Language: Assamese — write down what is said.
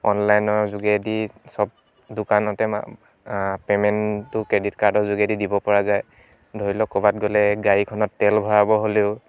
অনলাইনৰ যোগেদি চব দোকানতে মা পেমেন্টো ক্ৰেডিট কাৰ্ডৰ যোগেদি দিব পৰা যায় ধৰি লওক ক'ৰবাত গ'লে গাড়ীখনত তেল ভৰাব হ'লেও